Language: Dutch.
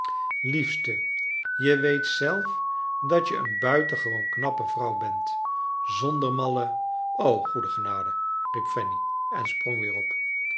liefste je weet zelf dat je een buitengewoon knappe vrouw bent zonder malle o goede genade i riep fanny en sprong weer op